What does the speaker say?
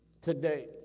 today